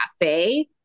cafe